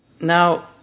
now